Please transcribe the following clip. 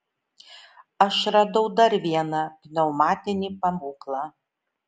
aš radau dar vieną pneumatinį pabūklą